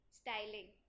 styling